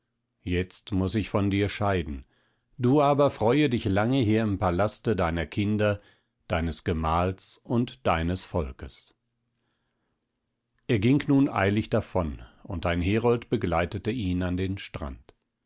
jetzt muß ich von dir scheiden du aber freue dich lange hier im palaste deiner kinder deines gemahls und deines volkes er ging nun eilig davon und ein herold begleitete ihn an den strand